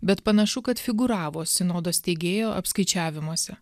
bet panašu kad figūravo sinodo steigėjo apskaičiavimuose